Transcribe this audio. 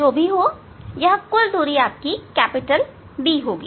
जो भी हो यह कुल दूरी D होगी